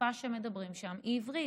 השפה שמדברים שם היא עברית,